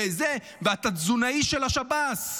אתה תזונאי של השב"ס.